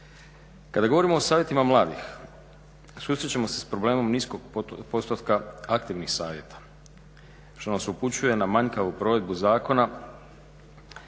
Kada govorimo o savjetima mladih, susrećemo se s problemom niskog postotka aktivnih savjeta što nas upućuje na manjkavu provedbu zakona